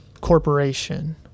corporation